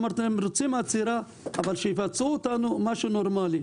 אמרתי: אנחנו מסכימים לעצירה אבל שייפצו אותנו באופן נורמלי.